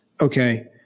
okay